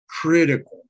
critical